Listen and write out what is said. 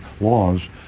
laws